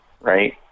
right